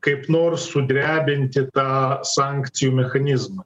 kaip nors sudrebinti tą sankcijų mechanizmą